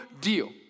deal